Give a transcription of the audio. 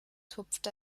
tupft